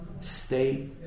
Stay